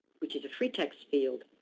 which is a free text field,